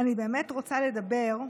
אני באמת רוצה לדבר אלייך,